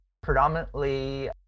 predominantly